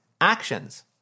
actions